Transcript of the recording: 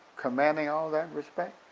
commanding all that respect?